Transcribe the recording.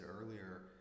earlier